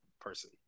person